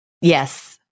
Yes